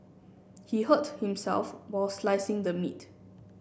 he hurt himself while slicing the meat